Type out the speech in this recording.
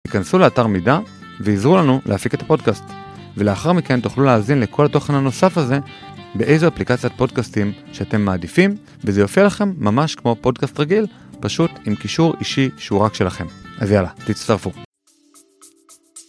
היכנסו לאתר מידע ועזרו לנו להפיק את הפודקאסט ולאחר מכן תוכלו להאזין לכל התוכן הנוסף הזה באיזו אפליקציית פודקאסטים שאתם מעדיפים וזה יופיע לכם ממש כמו פודקאסט רגיל פשוט עם קישור אישי שהוא רק שלכם. אז יאללה, תצטרפו!